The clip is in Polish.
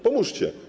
Pomóżcie.